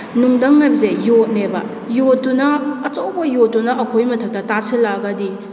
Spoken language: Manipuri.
ꯅꯨꯡꯊꯪ ꯍꯥꯏꯕꯁꯦ ꯌꯣꯠꯅꯦꯕ ꯌꯣꯠꯇꯨꯅ ꯑꯩꯆꯧꯕ ꯌꯣꯠꯇꯨꯅ ꯑꯩꯈꯣꯏꯒꯤ ꯃꯊꯛꯇ ꯇꯥꯁꯤꯜꯂꯛꯑꯒꯗꯤ